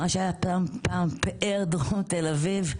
מה שהיה פעם פאר דרום תל אביב,